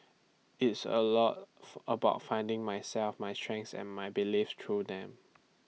it's A lot about finding myself my strengths and my beliefs through them